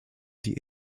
die